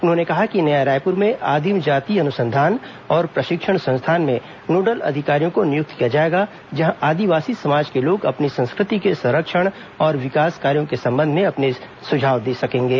उन्होंने कहा कि नया रायपुर में आदिम जाति अनुसंधान और प्रशिक्षण संस्थान में नोडल अधिकारियों को नियुक्त किया जाएगा जहां आदिवासी समाज के लोग अपनी संस्कृति के संरक्षण और विकास कार्यों के संबंध में अपने सुझाव दे सकेंगे